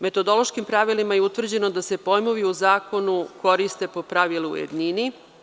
Metodološkim pravilima je utvrđeno da se pojmovi u zakonu koriste po pravilu u jednini.